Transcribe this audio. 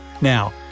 Now